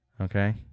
Okay